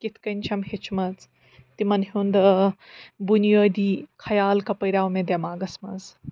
کِتھ کٔنۍ چھیٚم ہیٚچھمَژ تِمَن ہُنٛد ٲں بُنیٲدی خیال کَپٲرۍ آو مےٚ دیٚماغس منٛز